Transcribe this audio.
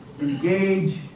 engage